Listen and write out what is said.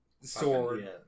sword